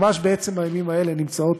ממש בעצם הימים האלה נמצאות